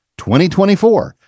2024